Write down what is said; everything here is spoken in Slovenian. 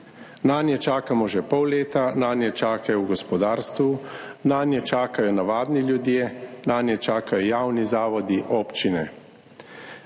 Nanje čakamo že pol leta, nanje čakajo v gospodarstvu, nanje čakajo navadni ljudje, nanje čakajo javni zavodi, občine.